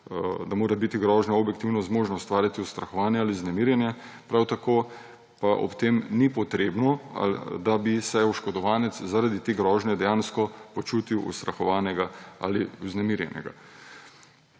da mora biti grožnja objektivno zmožna ustvariti ustrahovanje ali vznemirjenje, prav tako pa ob tem ni potrebno, da bi se oškodovanec zaradi te grožnje dejansko počutil ustrahovanega ali vznemirjenega.